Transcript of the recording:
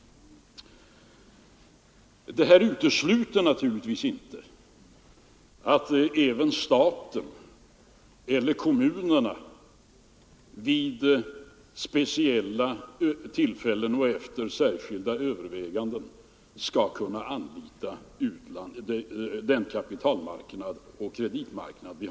Detta utesluter naturligtvis inte att även staten eller kommunerna vid speciella tillfällen och efter särskilda överväganden kan anlita den utländska kapitaloch kreditmarknaden.